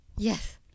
yes